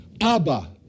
Abba